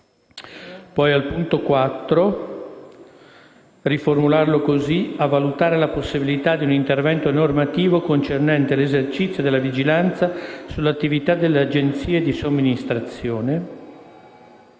la seguente riformulazione: «a valutare la possibilità di un intervento normativo concernente l'esercizio della vigilanza sull'attività delle agenzie di somministrazione;».